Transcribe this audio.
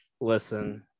Listen